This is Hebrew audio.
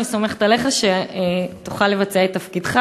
אני סומכת עליך שתוכל לבצע את תפקידך,